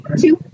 two